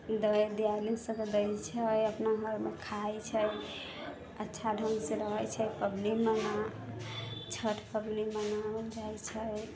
दर दिआदिनी सभके दए छै अपना घरमे खाइत छै अच्छा ढङ्ग से रहैत छै पबनिमे छठ पबनि मनाओल जाइत छै